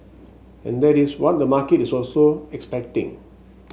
and that is what the market is also expecting